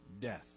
death